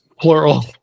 plural